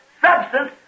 substance